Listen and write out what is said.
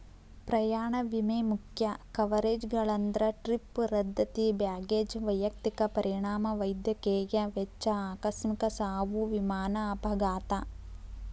ಪ್ರಯಾಣ ವಿಮೆ ಮುಖ್ಯ ಕವರೇಜ್ಗಳಂದ್ರ ಟ್ರಿಪ್ ರದ್ದತಿ ಬ್ಯಾಗೇಜ್ ವೈಯಕ್ತಿಕ ಪರಿಣಾಮ ವೈದ್ಯಕೇಯ ವೆಚ್ಚ ಆಕಸ್ಮಿಕ ಸಾವು ವಿಮಾನ ಅಪಘಾತ